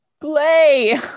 play